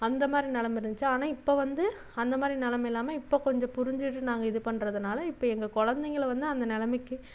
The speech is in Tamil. அந்த மாதிரி நெலைம இருந்துச்சு ஆனால் இப்போ வந்து அந்த மாதிரி நெலைம இல்லாமல் இப்போது கொஞ்சம் புரிஞ்சுட்டு இது பண்ணுறதுனால இப்போ எங்கள் குழந்தைங்கள வந்து அந்த நெலைமைக்கு